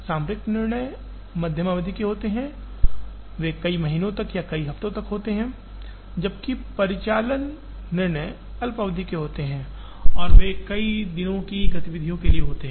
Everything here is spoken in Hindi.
सामरिक निर्णय मध्यम अवधि के होते हैं वे कई महीनों या कई हफ्तों तक होते हैं जबकि परिचालन निर्णय अल्पावधि होते हैं और वे कई दिनों की गतिविधियों के लिए होते हैं